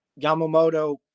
Yamamoto